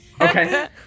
Okay